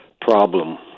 problem